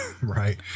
right